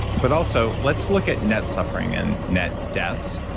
but also let's look at net suffering and net deaths.